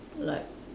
like